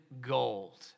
gold